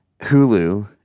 Hulu